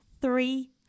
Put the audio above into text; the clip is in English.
three